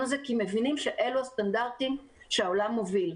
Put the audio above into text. הזה כי מבינים שאלו הסטנדרטים שהעולם מוביל.